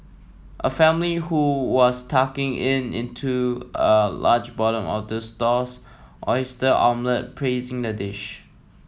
a family who was tucking in into a large portion of the stall's oyster omelette praised the dish